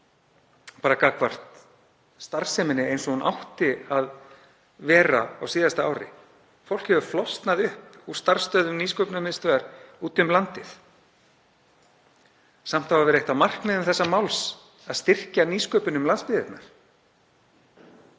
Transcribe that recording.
orðið gagnvart starfseminni eins og hún átti að vera á síðasta ári. Fólk hefur flosnað upp úr starfsstöðvum Nýsköpunarmiðstöðvar úti um landið. Samt á að vera eitt af markmiðum þessa máls að styrkja nýsköpun á landsbyggðinni.